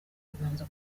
kubanza